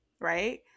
Right